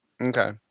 Okay